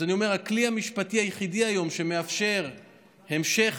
אני אומר שהכלי המשפטי היחיד שמאפשר היום המשך